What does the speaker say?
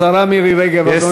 השרה מירי רגב, אדוני.